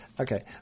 Okay